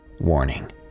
warning